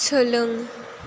सोलों